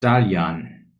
dalian